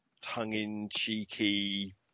tongue-in-cheeky